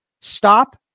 Stop